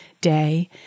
day